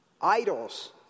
idols